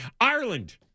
Ireland